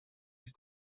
die